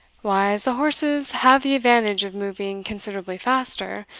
why, as the horse's have the advantage of moving considerably faster,